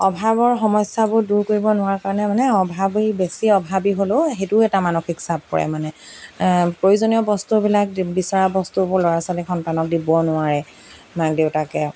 অভাৱৰ সমস্যাবোৰ দূৰ কৰিব নোৱাৰ কাৰণে মানে অভাৱী বেছি অভাৱী হ'লেও সেইটোও এটা মানসিক চাপ পৰে মানে প্ৰয়োজনীয় বস্তুবিলাক বিচৰা বস্তুবোৰ ল'ৰা ছোৱালীক সন্তানক দিব নোৱাৰে মাক দেউতাকে